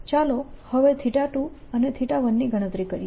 ચાલો હવે 2 અને 1 ની ગણતરી કરીએ